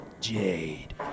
Jade